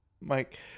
Mike